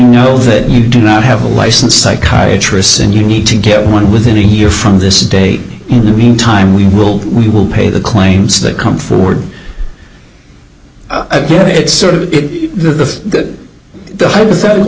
know that you do not have a license psychiatry's sin you need to get one within a year from this date in the meantime we will we will pay the claims that come forward it's sort of the the hypothetical